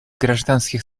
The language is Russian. гражданских